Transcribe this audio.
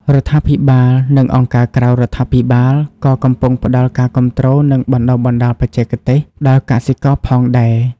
រដ្ឋាភិបាលនិងអង្គការក្រៅរដ្ឋាភិបាលក៏កំពុងផ្តល់ការគាំទ្រនិងបណ្ដុះបណ្ដាលបច្ចេកទេសដល់កសិករផងដែរ។